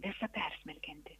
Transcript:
visą persmelkianti